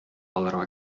алырга